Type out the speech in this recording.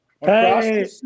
Hey